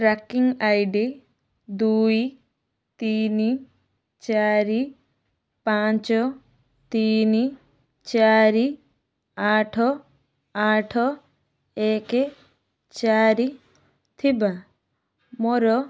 tracking I D ଦୁଇ ତିନି ଚାରି ପାଞ୍ଚ ତିନି ଚାରି ଆଠ ଆଠ ଏକ ଚାରି ଥିବା ମୋର